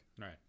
right